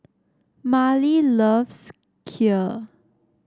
Marlie loves Kheer